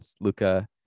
luca